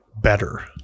better